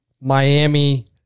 Miami